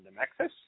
access